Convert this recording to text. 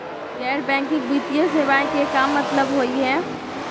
गैर बैंकिंग वित्तीय सेवाएं के का मतलब होई हे?